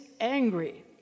angry